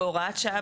בהוראה שעה,